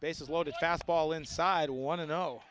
bases loaded fast ball inside want to know